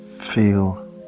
feel